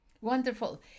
Wonderful